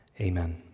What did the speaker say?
amen